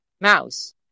mouse